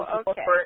okay